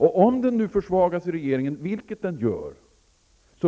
Om den nu försvagas i regeringen, vilket den gör,